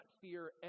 fear